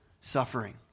suffering